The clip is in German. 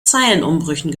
zeilenumbrüchen